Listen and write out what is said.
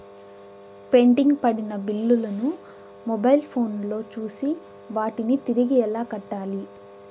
pending పడిన బిల్లులు ను మొబైల్ ఫోను లో చూసి వాటిని తిరిగి ఎలా కట్టాలి